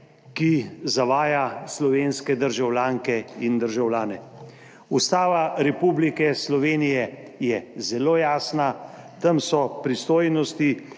ki zavaja slovenske državljanke in državljane. Ustava Republike Slovenije je zelo jasna. Tam so pristojnosti